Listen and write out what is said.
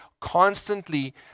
constantly